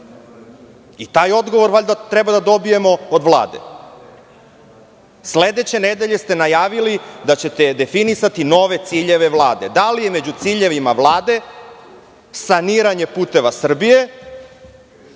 Taj odgovor treba da dobijemo od Vlade. Sledeće nedelje ste najavili da ćete definisati nove ciljeve Vlade. Da li među ciljevima Vlade saniranje "Puteva Srbije",